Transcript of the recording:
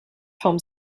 home